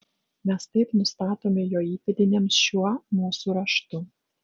mes taip nustatome jo įpėdiniams šiuo mūsų raštu